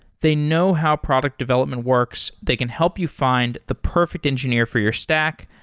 they know how product development works. they can help you find the perfect engineer for your stack,